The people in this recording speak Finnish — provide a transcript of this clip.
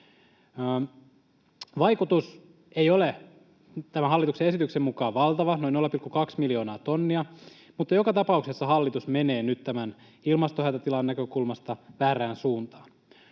Vaikutus ei ole tämän hallituksen esityksen mukaan valtava, noin 0,2 miljoonaa tonnia, mutta joka tapauksessa hallitus menee nyt tämän ilmastohätätilan näkökulmasta väärään suuntaan.